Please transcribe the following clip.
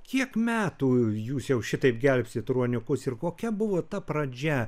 kiek metų jūs jau šitaip gelbstit ruoniukus ir kokia buvo ta pradžia